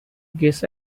guess